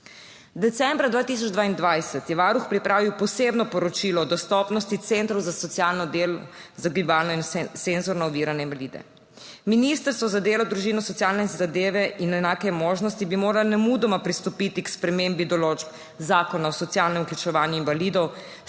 Decembra 2022 je Varuh pripravil posebno poročilo o dostopnosti centrov za socialno delo za gibalno in senzorno ovirane invalide. Ministrstvo za delo, družino, socialne zadeve in enake možnosti bi moralo nemudoma pristopiti k spremembi določb Zakona o socialnem vključevanju invalidov,